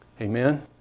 Amen